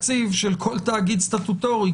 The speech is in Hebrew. כל תאגיד סטטוטורי,